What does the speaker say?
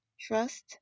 trust